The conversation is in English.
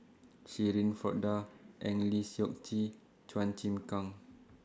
Shirin Fozdar Eng Lee Seok Chee Chua Chim Kang